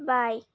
bike